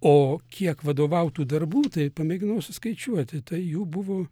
o kiek vadovautų darbų tai pamėginau suskaičiuoti tai jų buvo